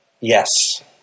Yes